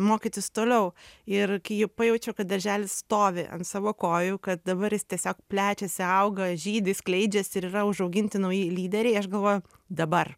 mokytis toliau ir kai jau pajaučiau kad darželis stovi ant savo kojų kad dabar jis tiesiog plečiasi auga žydi skleidžiasi ir yra užauginti nauji lyderiai aš galvoju dabar